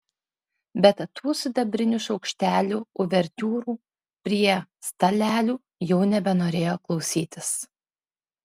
bet tų sidabrinių šaukštelių uvertiūrų prie stalelių jau nebenorėjo klausytis